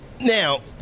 Now